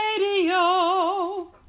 radio